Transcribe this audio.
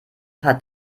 hat